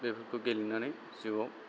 बेफोरखौ गेलेनानै जिउआव